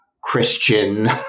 Christian